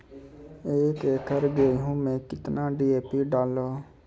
एक एकरऽ गेहूँ मैं कितना डी.ए.पी डालो?